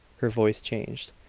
her voice changed.